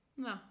No